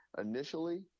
initially